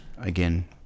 again